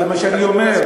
זה מה שאני אומר.